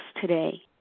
today